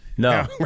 No